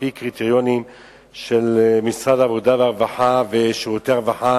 על-פי קריטריונים של משרד העבודה והרווחה ושירותי הרווחה